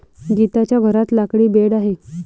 गीताच्या घरात लाकडी बेड आहे